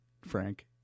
Frank